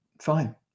Fine